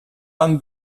van